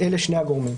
אלה שני הגורמים.